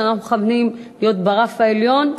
שאנחנו מכוונים להיות ברף העליון,